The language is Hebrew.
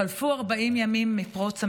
חלפו 40 ימים מפרוץ המלחמה,